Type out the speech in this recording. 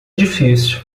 difícil